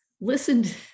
listened